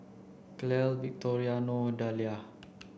Clell Victoriano Dalia